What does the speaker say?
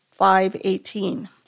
5.18